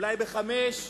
אולי בחמש?